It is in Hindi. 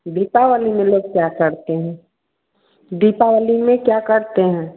दीपावली में लोग क्या करते हैं दीपावली में क्या करते हैं